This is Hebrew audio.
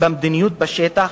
במדיניות בשטח,